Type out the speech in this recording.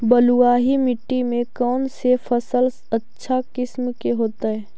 बलुआही मिट्टी में कौन से फसल अच्छा किस्म के होतै?